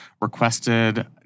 requested